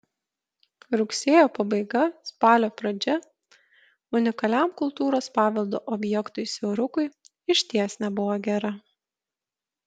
rugsėjo pabaiga spalio pradžia unikaliam kultūros paveldo objektui siaurukui išties nebuvo gera